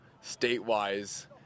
state-wise